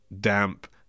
damp